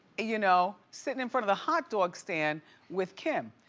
you know sitting in from of the hotdog stand with kim.